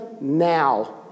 now